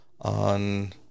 on